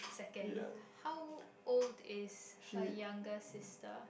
second how old is her younger sister